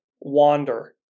wander